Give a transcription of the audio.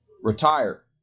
retire